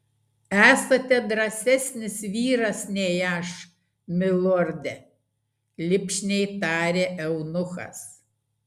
esate drąsesnis vyras nei aš milorde lipšniai tarė eunuchas